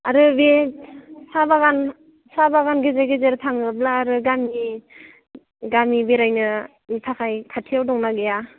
आरो बे साहा बागान गेजेर गेजेर थाङोब्ला आरो गामि बेरायनो थाखाय खाथियाव दंना गैया